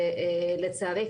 שלצערי,